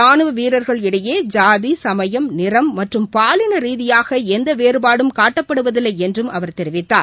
ரானுவ வீரர்கள் இடையே சாதி சுமயம் நிறம் மற்றும் பாலின ரீதியாக எந்த வேறுபாடும் காட்டப்படுவதில்லை என்றும் அவர் தெரிவித்தார்